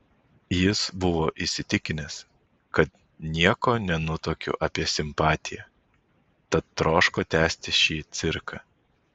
jis buvo įsitikinęs kad nieko nenutuokiu apie simpatiją tad troško tęsti šį cirką